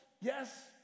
Yes